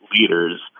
leaders